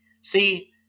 see